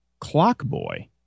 Clockboy